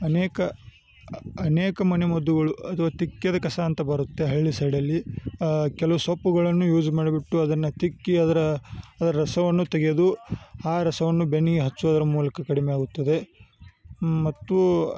ಅನೇಕ ಅನೇಕ ಮನೆಮದ್ದುಗಳು ಅದು ತಿಕ್ಕೆದ ಕಸ ಅಂತ ಬರುತ್ತೆ ಹಳ್ಳಿ ಸೈಡಲ್ಲಿ ಕೆಲವು ಸೊಪ್ಪುಗಳನ್ನು ಯೂಸ್ ಮಾಡಿಬಿಟ್ಟು ಅದನ್ನು ತಿಕ್ಕಿ ಅದರ ರಸವನ್ನು ತೆಗೆದು ಆ ರಸವನ್ನು ಬೆನ್ನಿಗೆ ಹಚ್ಚೋದ್ರ ಮೂಲ್ಕ ಕಡಿಮೆಯಾಗುತ್ತದೆ ಮತ್ತು